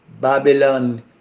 Babylon